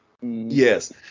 Yes